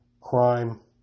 crime